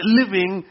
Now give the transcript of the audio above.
living